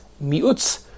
mi'utz